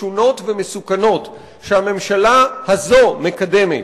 משונות ומסוכנות, שהממשלה הזאת מקדמת.